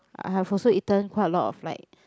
I was also eaten quite a lot of like